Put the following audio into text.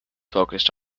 focused